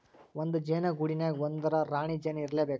ಒಂದ ಜೇನ ಗೂಡಿನ್ಯಾಗ ಒಂದರ ರಾಣಿ ಜೇನ ಇರಲೇಬೇಕ